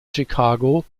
chicago